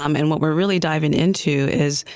um and what we're really diving into is,